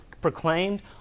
proclaimed